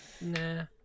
Nah